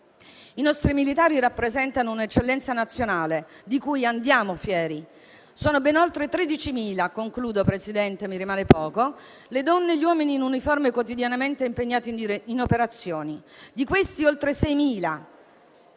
I nostri militari rappresentano un'eccellenza nazionale, di cui andiamo fieri: sono ben oltre 13.000 le donne e gli uomini in uniforme quotidianamente impegnati in operazioni; di questi, oltre 6.000